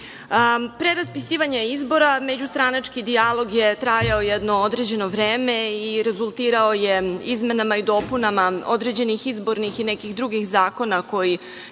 raspisivanja izbora, međustranački dijalog je trajao jedno određeno vreme i rezultirao je izmenama i dopunama određenih izbornih i nekih drugih zakona koji